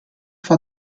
for